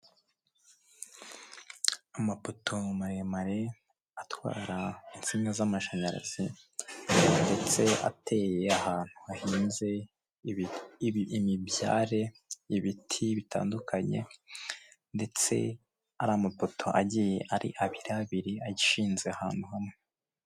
Amapoto maremare atwara insinga z'amashanyarazi ndetse ateye ahantu hahinze imibyare, ibiti bitandukanye ndetse ari amapoto agiye ari abiri abiri ashinze ahantu hamwe.